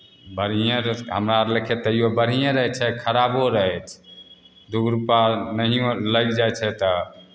बढ़िएँ आओर हमरा आर लेखे तैओ बढ़िए रहै छै खराबो रहै छै दू गो रुपैआ नहिओ लागि जाइ छै तऽ